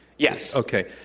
yes. okay.